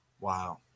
Wow